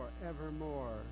forevermore